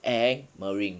and marine